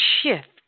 shift